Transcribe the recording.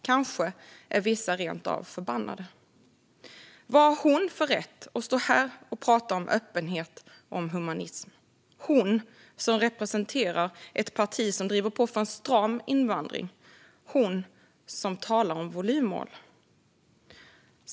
Kanske är vissa rent av förbannade: Vad har hon för rätt att stå här och prata om öppenhet och humanism - hon som representerar ett parti som driver på för en stram invandring och som talar om volymmål?